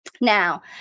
Now